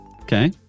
Okay